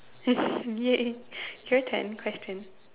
!yay! your turn question